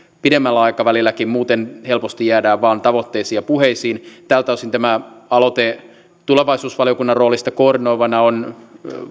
pidemmälläkin aikavälillä muuten helposti jäädään vain tavoitteisiin ja puheisiin tältä osin tämä aloite tulevaisuusvaliokunnan roolista koordinoivana on